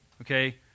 Okay